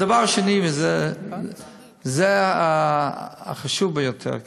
הדבר השני, וזה החשוב ביותר כאן: